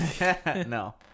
No